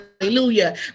Hallelujah